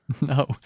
No